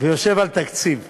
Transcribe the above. ויושב על תקציב.